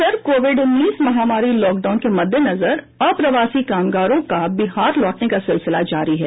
इधर कोविड उन्नीस महामारी लॉकडाउन के मददेनजर अप्रवासी कामगारों का बिहार लौटने का सिलसिला जारी है